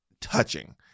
touching